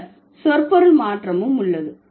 பின்னர் சொற்பொருள் மாற்றமும் உள்ளது